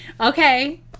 okay